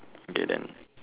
okay then